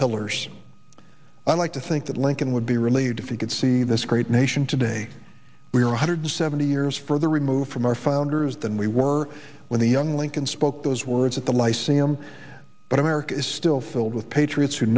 pillars i'd like to think that lincoln would be relieved of the could see this great nation today we are one hundred seventy years further removed from our founders than we were when the young lincoln spoke those words at the lyceum but america is still filled with patriots who